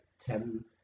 ten